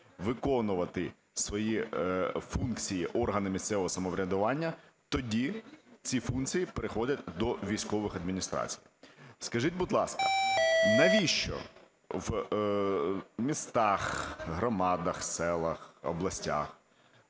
виконувати свої функції органи місцевого самоврядування, тоді ці функції переходять до військових адміністрацій. Скажіть, будь ласка, навіщо в містах, громадах, селах, областях,